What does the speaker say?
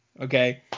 okay